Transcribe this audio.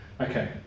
Okay